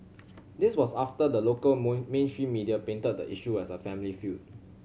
this was after the local mainstream media painted the issue as a family feud